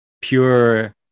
pure